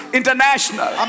international